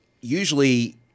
usually